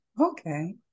okay